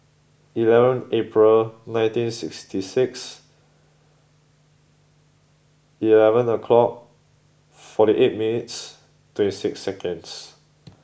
eleven April nineteen sixty six eleven o'clock forty eight minutes twenty six seconds